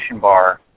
bar